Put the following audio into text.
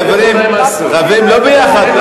חברים, לא ביחד.